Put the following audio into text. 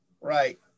Right